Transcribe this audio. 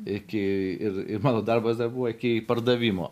iki ir ir mano darbas dar buvo pardavimo